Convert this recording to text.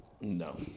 No